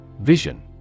Vision